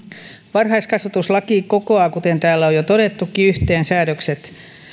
varhaiskasvatuslaki kokoaa kuten täällä on jo todettukin yhteen säädökset